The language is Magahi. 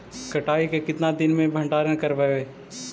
कटाई के कितना दिन मे भंडारन करबय?